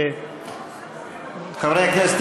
חברי הכנסת,